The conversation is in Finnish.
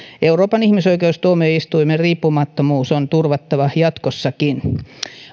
euroopan ihmisoikeustuomioistuimen riippumattomuus on turvattava jatkossakin